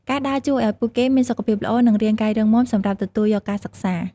ការដើរជួយឱ្យពួកគេមានសុខភាពល្អនិងរាងកាយរឹងមាំសម្រាប់ទទួលយកការសិក្សា។